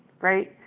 right